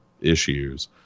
issues